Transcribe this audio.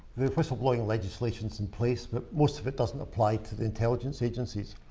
the whistleblowing legislation is in place, but most of it doesn't apply to the intelligence agencies,